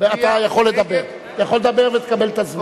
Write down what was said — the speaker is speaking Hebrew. אתה יכול לדבר, ותקבל את הזמן.